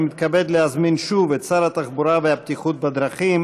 אני מתכבד להזמין שוב את שר התחבורה והבטיחות בדרכים